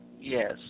yes